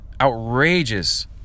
Outrageous